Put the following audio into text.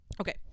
Okay